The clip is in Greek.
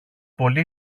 πολύ